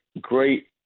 great